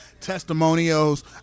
testimonials